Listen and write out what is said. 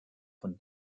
von